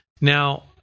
Now